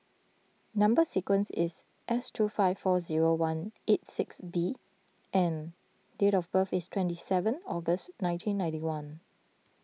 Number Sequence is S two five four zero one eight six B and date of birth is twenty seven August nineteen ninety one